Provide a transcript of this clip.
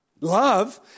love